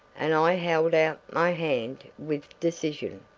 and i held out my hand with decision.